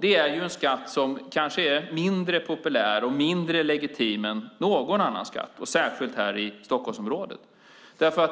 Det är en skatt som kanske är mindre populär och mindre legitim än någon annan skatt, särskilt i Stockholmsområdet.